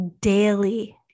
daily